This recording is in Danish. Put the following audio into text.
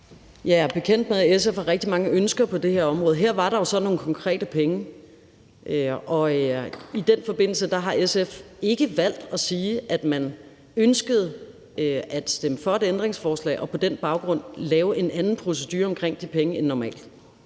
jeg er bekendt med, at SF har rigtig mange ønsker på det her område. Her var der jo så nogle konkrete penge, og i den forbindelse har SF ikke valgt at sige, at man ønskede at stemme for et ændringsforslag og på den baggrund lave en anden procedure omkring de penge end normalt.